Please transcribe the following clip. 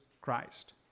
Christ